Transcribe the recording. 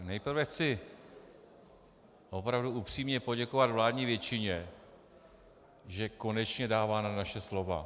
Nejprve chci opravdu upřímně poděkovat vládní většině, že konečně dává na naše slova.